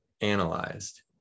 analyzed